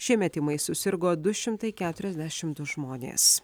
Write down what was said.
šiemet tymais susirgo du šimtai keturiasdešimt du žmonės